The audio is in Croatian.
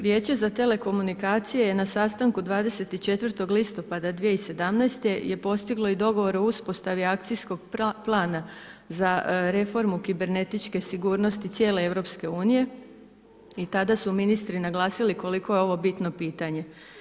Vijeće za telekomunikacije je na sastanku 24. listopada 2017. je uspostavilo i dogovor o uspostavi Akcijskog plana za reformu kibernetike sigurnosti cijele EU i tada su ministri naglasili koliko je ovo bitno pitanje.